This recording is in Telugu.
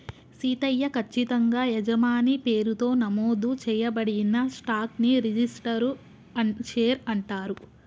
సీతయ్య, కచ్చితంగా యజమాని పేరుతో నమోదు చేయబడిన స్టాక్ ని రిజిస్టరు షేర్ అంటారు